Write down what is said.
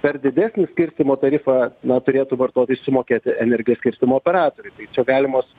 per didesnį skirstymo tarifą na turėtų vartotojai išsimokėti energijos skirstymo operatoriui tai čia galimos